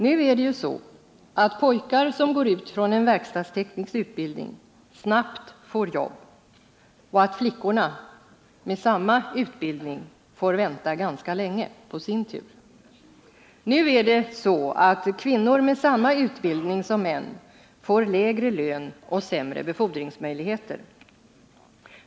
Nu är det ju så att pojkar som går ut från en verkstadsteknisk utbildning snabbt får jobb, medan flickor med samma utbildning får vänta ganska länge på sin tur. Nu är det så att kvinnor med samma utbildning som män får lägre lön och sämre befordringsmöjligheter.